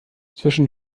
zwischen